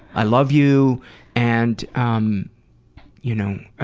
i love you and um you know,